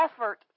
effort